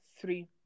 three